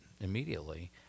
immediately